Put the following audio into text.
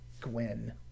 Gwen